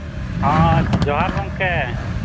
ᱦᱮᱸ ᱡᱚᱦᱟᱨ ᱜᱚᱢᱠᱮ